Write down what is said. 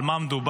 על מה מדובר?